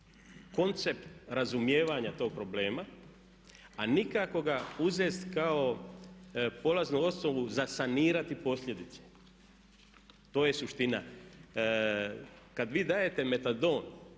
koncept razumijevanja tog problema a nikako ga uzeti kao polaznu osnovu za sanirati posljedice. To je suština. Kad vi dajete metadon